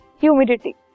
humidity